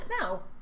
No